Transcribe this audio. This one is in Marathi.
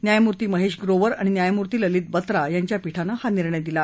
न्यायमूर्ती महेश ग्रोवर आणि न्यायमूर्ती ललित बत्रा यांच्या पीठानं हा निर्णय दिला